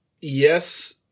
Yes